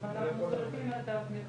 טוב, חברים, משה, יש לכם מה להתייחס?